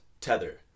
tether